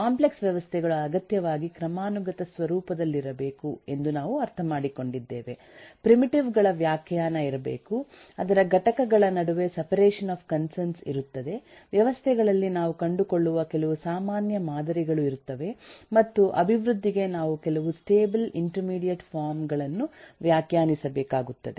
complex ವ್ಯವಸ್ಥೆಗಳು ಅಗತ್ಯವಾಗಿ ಕ್ರಮಾನುಗತ ಸ್ವರೂಪದಲ್ಲಿರಬೇಕು ಎಂದು ನಾವು ಅರ್ಥಮಾಡಿಕೊಂಡಿದ್ದೇವೆ ಪ್ರಿಮಿಟಿವ್ ಗಳ ವ್ಯಾಖ್ಯಾನ ಇರಬೇಕು ಅದರ ಘಟಕಗಳ ನಡುವೆ ಸೆಪರೇಷನ್ ಆಫ್ ಕನ್ಸರ್ನ್ಸ್ ಇರುತ್ತದೆ ವ್ಯವಸ್ಥೆಗಳಲ್ಲಿ ನಾವು ಕಂಡುಕೊಳ್ಳುವ ಕೆಲವು ಸಾಮಾನ್ಯ ಮಾದರಿಗಳು ಇರುತ್ತವೆ ಮತ್ತು ಅಭಿವೃದ್ಧಿಗೆ ನಾವು ಕೆಲವು ಸ್ಟೇಬಲ್ ಇಂಟರ್ಮೀಡಿಯೇಟ್ ಫಾರಂ ಗಳನ್ನು ವ್ಯಾಖ್ಯಾನಿಸಬೇಕಾಗುತ್ತದೆ